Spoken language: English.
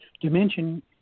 dimension